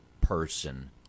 person